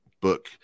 book